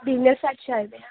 dinner set शैल जनेहा